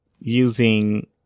using